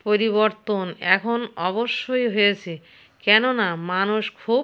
পরিবর্তন এখন অবশ্যই হয়েছে কেননা মানুষ খুব